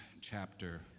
chapter